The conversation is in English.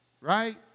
Right